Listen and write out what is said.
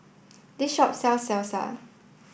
the shop sells Salsa